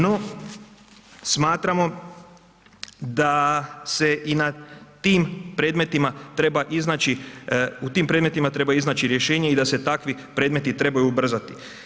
No, smatramo da se i na tim predmetima treba iznaći, u tim predmetima treba iznaći rješenje i da se takvi predmeti trebaju ubrzati.